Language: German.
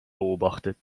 beobachtet